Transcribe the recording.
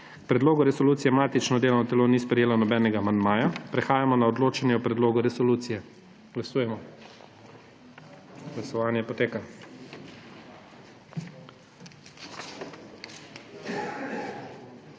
predlogu resolucije matično delovno telo ni sprejelo nobenega amandmaja. Prehajamo na odločanje o predlogu resolucije. Glasujemo. Navzočih